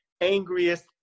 angriest